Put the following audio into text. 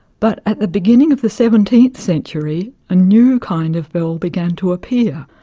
but at the beginning of the seventeenth century a new kind of bell began to appear,